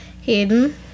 Hayden